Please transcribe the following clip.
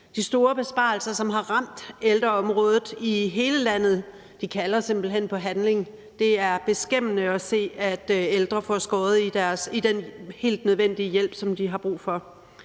De store besparelser, som har ramt ældreområdet i hele landet, kalder simpelt hen på handling. Det er beskæmmende at se, at ældre får skåret i den helt nødvendige hjælp, som de har brug for.